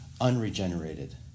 unregenerated